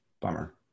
bummer